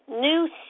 new